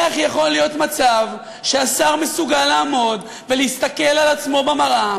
איך יכול להיות מצב שהשר מסוגל לעמוד ולהסתכל על עצמו במראה